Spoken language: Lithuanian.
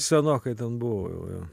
senokai ten buvau jau jo